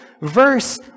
verse